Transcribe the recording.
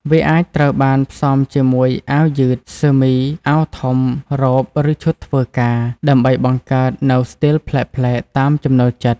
វាអាចត្រូវបានផ្សំជាមួយអាវយឺត សឺមី អាវធំ រ៉ូប ឬឈុតធ្វើការ ដើម្បីបង្កើតនូវស្ទីលប្លែកៗតាមចំណូលចិត្ត។